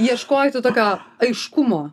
ieškojai to tokio aiškumo